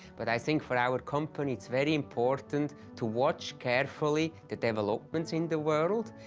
but i think for our company, it's very important to watch carefully the developments in the world.